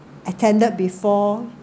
attended before